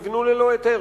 נבנו ללא היתר.